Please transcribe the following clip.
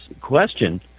question